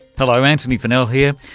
hello, antony funnell here,